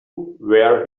where